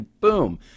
boom